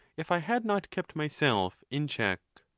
if i had not kept myself in check.